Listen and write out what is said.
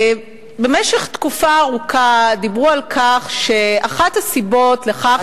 במשך תקופה ארוכה דיברו על כך שאחת הסיבות לכך שאין שלום,